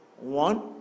one